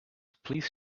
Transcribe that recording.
please